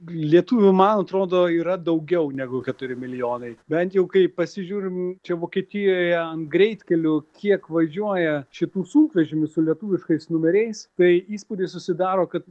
lietuvių man atrodo yra daugiau negu keturi milijonai bent jau kai pasižiūrim čia vokietijoje ant greitkelių kiek važiuoja šitų sunkvežimių su lietuviškais numeriais tai įspūdis susidaro kad